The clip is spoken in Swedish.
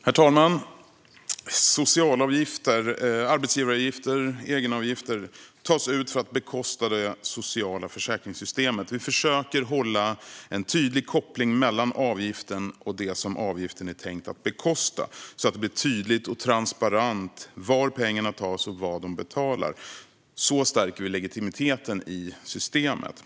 Herr talman! Socialavgifter, alltså arbetsgivaravgifter och egenavgifter, tas ut för att bekosta det sociala försäkringssystemet. Vi försöker upprätthålla en tydlig koppling mellan avgiften och det som avgiften är tänkt att bekosta så att det blir tydligt och transparent varifrån pengarna tas och vad de betalar. Så stärker vi legitimiteten i systemet.